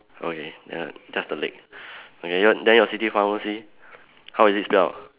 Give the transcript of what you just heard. okay ya just the leg okay your then your city pharmacy how is it spell